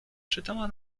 czytała